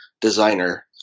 designer